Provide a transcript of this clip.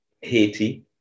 Haiti